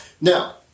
Now